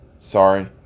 Sorry